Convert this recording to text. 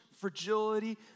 fragility